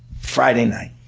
friday night.